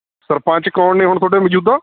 ਸਰਪੰਚ ਕੌਣ ਨੇ ਹੁਣ ਤੁਹਾਡੇ ਮੌਜੂਦਾ